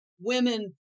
women